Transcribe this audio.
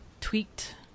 tweaked